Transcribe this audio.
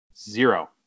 Zero